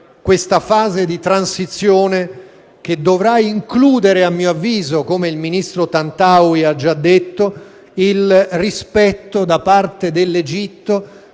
questa fase di transizione, che dovrà includere a mio avviso, come il ministro Tantaui ha già detto, il rispetto da parte dell'Egitto